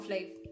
Life